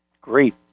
Great